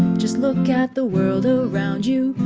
just look at the world ah around you,